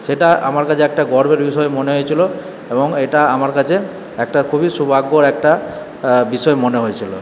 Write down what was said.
সেটা আমার কাছে একটা গর্বের বিষয় মনে হয়েছিলো এবং এটা আমার কাছে একটা খুবই সৌভাগ্যের একটা বিষয় মনে হয়েছিলো